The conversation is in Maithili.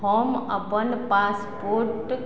हम अपन पासपोर्ट